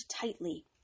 tightly